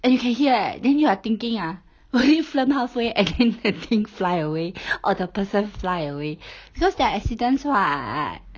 eh you can hear eh then you are thinking ah why you film halfway and then the thing fly away or the person fly away because that are accidents [what]